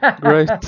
Great